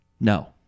No